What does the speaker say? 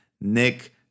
Nick